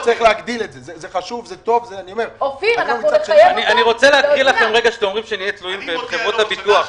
אתם אומרים שנהיה תלויים בחברות הביטוח.